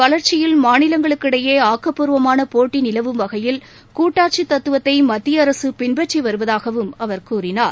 வளர்ச்சியில் மாநிலங்களுக்கு இடையே ஆக்கப்பூர்வமான போட்டி நிலவும் வகையில் கூட்டாட்சி தத்துவத்தை மத்திய அரசு பின்பற்றி வருவதாகவும் அவர் கூறினார்